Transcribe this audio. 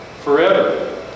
Forever